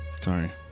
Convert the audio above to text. Sorry